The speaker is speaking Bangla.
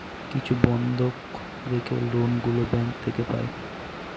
কিছু বন্ধক রেখে লোন গুলো ব্যাঙ্ক থেকে পাই